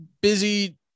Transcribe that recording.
busy